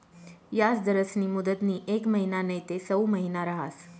याजदरस्नी मुदतनी येक महिना नैते सऊ महिना रहास